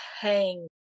hang